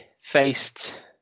faced